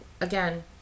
again